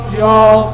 y'all